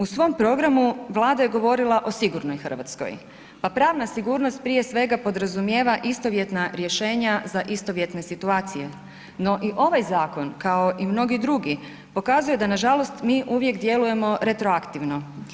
U svom programu Vlada je govorila o sigurnoj Hrvatskoj, pa pravna sigurnost prije svega podrazumijeva istovjetna rješenja za istovjetne situacije, no i ovaj zakon kao i mnogi drugi pokazuje da nažalost mi uvijek djelujemo retroaktivno.